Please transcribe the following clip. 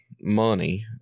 money